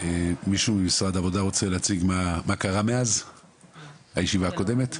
מישהו בוועדת העבודה רוצה להציג מה קרה מאז הישיבה הקודמת?